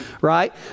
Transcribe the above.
Right